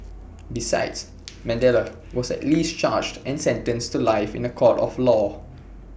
besides Mandela was at least charged and sentenced to life in A court of law